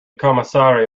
commissaire